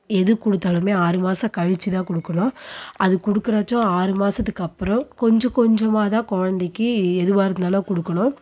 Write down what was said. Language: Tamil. எது கொடுத்தலுமே ஆறு மாதம் கழிச்சி தான் கொடுக்கணும் அது கொடுக்குறச்சும் ஆறு மாதத்துக்கு அப்புறோம் கொஞ்சம் கொஞ்சமாக தான் குழந்தைக்கி எதுவாக இருந்தாலும் கொடுக்கணும்